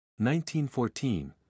1914